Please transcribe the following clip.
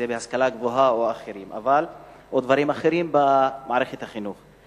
בהשכלה הגבוהה או של דברים אחרים במערכת החינוך,